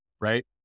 right